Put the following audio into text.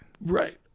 right